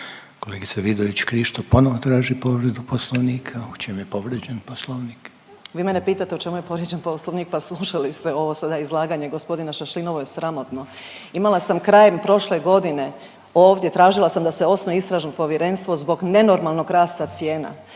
Kolegica Vidović Krišto ponovo traži povredu poslovnika. U čemu je povrijeđen poslovnik? **Vidović Krišto, Karolina (OIP)** Vi mene pitate u čemu je povrijeđen poslovnik, pa slušali ste ovo sada izlaganje g. Šašlina. Ovo je sramotno. Imala sam krajem prošle godine ovdje tražila sam da se osnuje istražno povjerenstvo zbog nenormalnog rasta cijena,